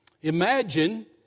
Imagine